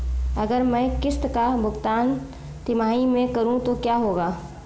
अगर मैं किश्त का भुगतान तिमाही में करूं तो क्या होगा?